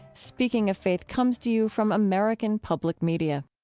speaking of faith comes to you from american public media